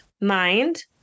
mind